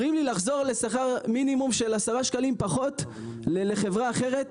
אומרים לי לחזור לשכר מינימום של עשרה שקלים פחות בחברה אחרת.